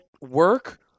work